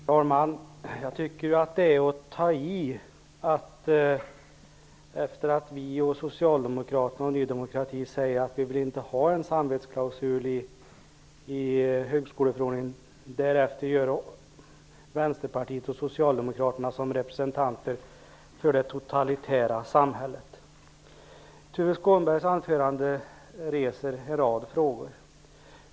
Herr talman! Jag tycker att det är att ta i när man hävdar, efter det att vi från Vänsterpartiet, Socialdemokraterna och Ny demokrati har sagt att vi inte vill ha en samvetsklausul i högskoleförordningen, att vi vänsterpartister och socialdemokrater är representanter för det totalitära samhället. Tuve Skånbergs anförande reser en rad frågor.